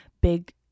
big